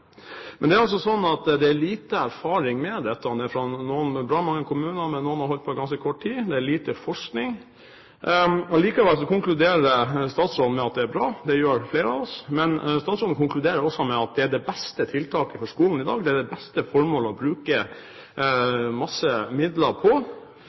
Men det er lite erfaring med dette i mange kommuner. Noen har holdt på med dette i ganske kort tid, og det er lite forskning. Likevel konkluderer statsråden med at det er bra. Det gjør flere av oss. Men statsråden konkluderer også med at det er det beste tiltaket for skolen i dag. Det er det beste formålet å bruke